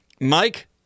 Mike